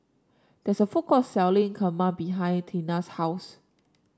there's a food court selling Kheema behind Teena's house